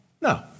No